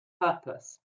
purpose